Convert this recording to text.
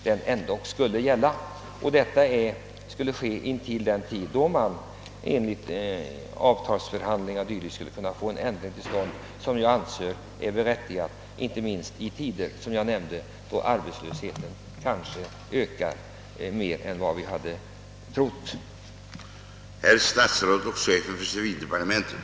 Detta intill dess en ändring kan komma till stånd genom avtalsförhandlingar. En sådan ändring anser jag berättigad, inte minst i tider då arbetslösheten ökar mer än vad vi räknat med vara säsongsbetonat.